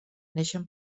neixen